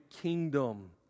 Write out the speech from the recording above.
kingdom